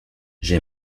j’ai